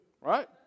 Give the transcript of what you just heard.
Right